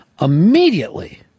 immediately